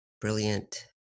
brilliant